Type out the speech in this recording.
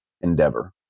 endeavor